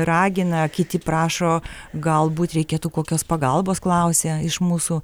ragina kiti prašo galbūt reikėtų kokios pagalbos klausė iš mūsų